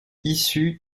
issu